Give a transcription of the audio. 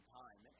time